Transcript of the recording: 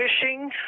fishing